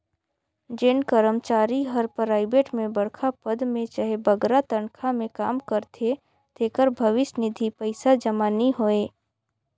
जेन करमचारी हर पराइबेट में बड़खा पद में चहे बगरा तनखा में काम करथे तेकर भविस निधि पइसा जमा नी होए